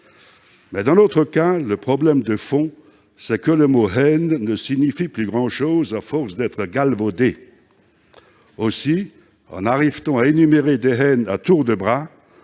Mais, dans notre cas, le problème de fond, c'est que le mot « haine » ne signifie plus grand-chose à force d'être galvaudé ! Aussi en arrive-t-on à énumérer des haines à tour de bras,